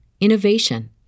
innovation